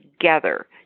together